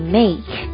make